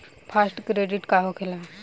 Fast credit का होखेला?